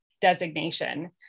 designation